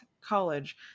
college